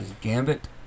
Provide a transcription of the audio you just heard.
Gambit